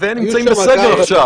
והם נמצאים בסגר עכשיו.